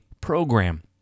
program